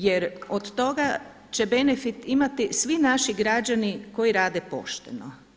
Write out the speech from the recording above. Jer od toga će benefit imati svi naši građani koji rade pošteno.